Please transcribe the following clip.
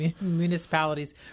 municipalities